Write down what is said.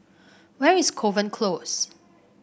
where is Kovan Close